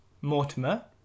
Mortimer